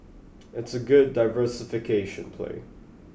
it's a good diversification play